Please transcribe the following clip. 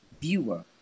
viewer